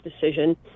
decision